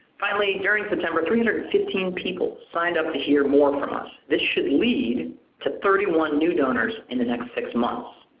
finally, during september, three hundred and fifteen people signed up to hear more from us. this should lead to thirty one new donors in the next six months.